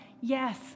yes